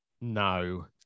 No